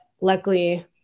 luckily